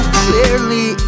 clearly